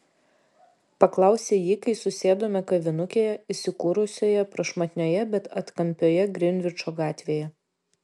paklausė ji kai susėdome kavinukėje įsikūrusioje prašmatnioje bet atkampioje grinvičo gatvėje